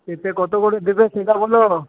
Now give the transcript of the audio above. পেঁপে কত করে দেবে সেটা বলো